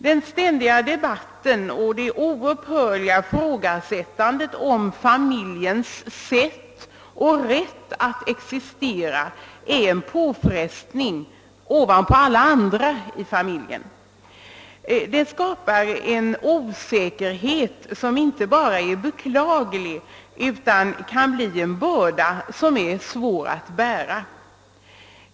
Den :'ständiga debatten och det oupphörliga ifrågasättandet av familjens rätt att existera innebär en påfrestning ovanpå alla andra i familjen. Det skapar en osä 'kerhet som inte bara är beklaglig utan kan bli en börda som är svår att bära.